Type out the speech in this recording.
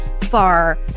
far